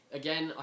again